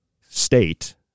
state